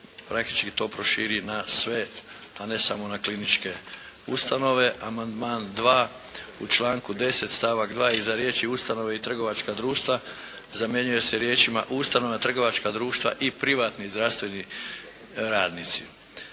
praktički to proširi na sve a ne samo na kliničke ustanove. Amandman 2. u članku 10. stavak 2. iza riječi: "ustanove i trgovačka društva" zamjenjuje se riječima: "ustanovama, trgovačka društva i privatni zdravstveni radnici".